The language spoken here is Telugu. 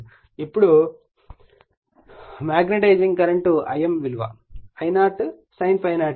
ఇప్పుడు మాగ్నెటైజింగ్ కరెంట్ I m విలువ I0 sin ∅0 అవుతుంది